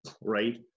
right